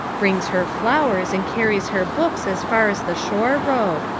brings her flowers and carries her books as far as the shore road.